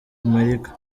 amerika